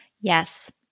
Yes